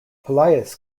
pelias